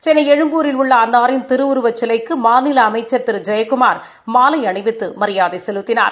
சென்னை எழும்பூரில் உள்ள அன்னாரின் திருவுருவச் சிலைக்கு மாநில அமைச்சா் திரு ஜெயக்குமா் மாலை அணிவித்து மரியாதை செலுத்தினார்